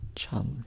chum